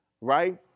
right